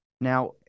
Now